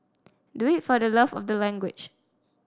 do it for the love of the language